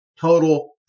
total